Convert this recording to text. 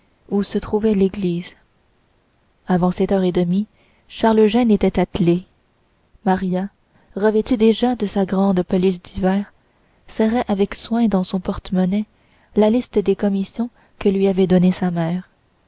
où se trouvait l'église avant sept heures et demie charles eugène était attelé maria revêtue déjà de sa grande pelisse d'hiver serrait avec soin dans son porte-monnaie la liste des commissions que lui avait donnée sa mère